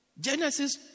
Genesis